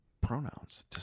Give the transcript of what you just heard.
pronouns